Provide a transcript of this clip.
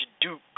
Duke